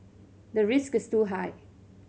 the risk is too high